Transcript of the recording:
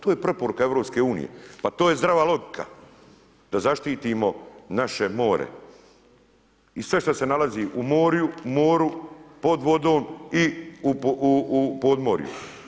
To je preporuka EU, pa to je zdrava logika da zaštitimo naše more i sve što se nalazi u moru, pod vodom i u podmorju.